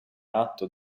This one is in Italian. atto